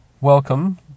Welcome